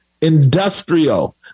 industrial